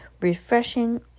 refreshing